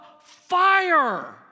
fire